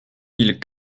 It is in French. mille